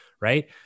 right